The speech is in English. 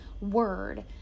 word